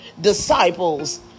disciples